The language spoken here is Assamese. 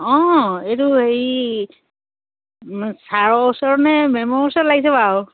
অঁ এইটো হেৰি ছাৰৰ ওচৰতনে মেমৰ ওচৰত লাগিছেবা আৰু